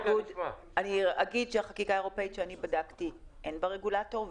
בחקיקה האירופאית שבדקתי אין רגולטור,